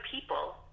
people